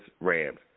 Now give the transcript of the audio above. Rams